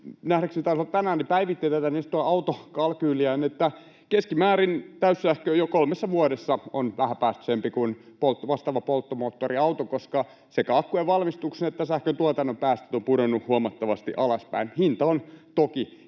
nähdäkseni taisi olla tänään — päivitti tätä niin sanottua autokalkyyliään niin, että täyssähköauto on keskimäärin jo kolmessa vuodessa vähäpäästöisempi kuin vastaava polttomoottoriauto, koska sekä akkujen valmistuksen että sähköntuotannon päästöt ovat pudonneet huomattavasti alaspäin. Hinta on toki